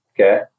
Okay